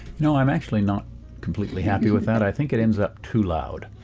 know, i'm actually not completely happy with that. i think it ends up too loud.